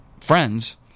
friends